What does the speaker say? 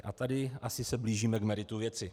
A tady asi se blížíme k meritu věci.